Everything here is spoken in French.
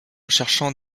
cherchant